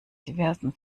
diversen